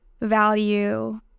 value